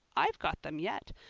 i've got them yet.